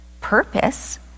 purpose